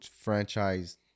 franchise